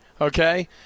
okay